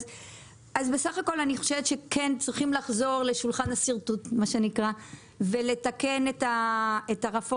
בסך הכול אני חושבת שכן צריכים לחזור לשולחן השרטוט ולתקן את הרפורמה